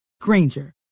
Granger